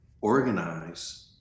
organize